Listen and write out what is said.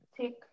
Take